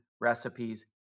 recipes